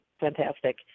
fantastic